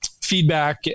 feedback